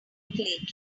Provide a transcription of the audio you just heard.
lately